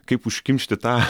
kaip užkimšti tą